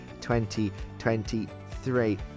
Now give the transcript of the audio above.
2023